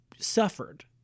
suffered